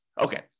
Okay